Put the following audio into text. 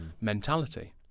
mentality